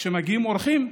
או כשמגיעים אורחים,